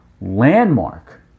landmark